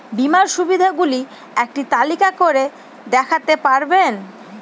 বীমার সুবিধে গুলি একটি তালিকা করে দেখাতে পারবেন?